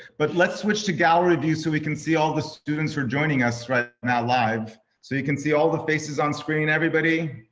but let's switch to gallery view so we can see all the students who are joining us right now live. so you can see all the faces on screen everybody?